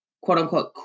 quote-unquote